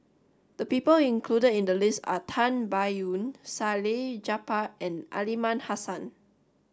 the people included in the list are Tan Biyun Salleh Japar and Aliman Hassan